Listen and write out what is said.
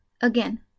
Again